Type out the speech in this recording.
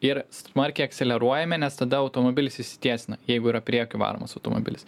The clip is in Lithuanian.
ir smarkiai akseleruojame nes tada automobilis išsitiesina jeigu yra priekiu varomas automobilis